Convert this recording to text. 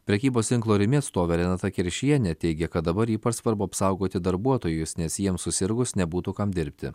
prekybos tinklo rimi atstovė renata keršienė teigė kad dabar ypač svarbu apsaugoti darbuotojus nes jiems susirgus nebūtų kam dirbti